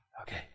okay